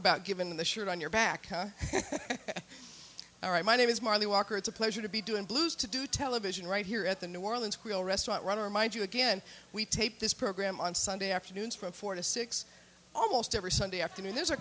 about given the shirt on your back all right my name is marley walker it's a pleasure to be doing blues to do television right here at the new orleans creole restaurant runner mind you again we taped this program on sunday afternoons from four to six almost every sunday afternoon there's a